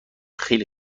خیلی